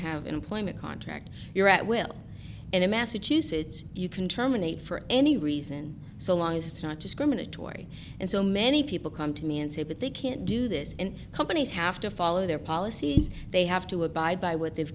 have an employment contract you're at will and in massachusetts you can terminate for any reason so long as it's not discriminatory and so many people come to me and say that they can't do this and companies have to follow their policies they have to abide by what they've